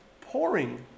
pouring